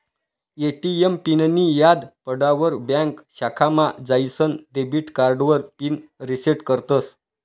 ATM पिननीं याद पडावर ब्यांक शाखामा जाईसन डेबिट कार्डावर पिन रिसेट करतस